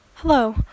Hello